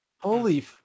Holy